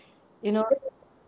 you know